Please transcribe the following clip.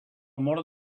mort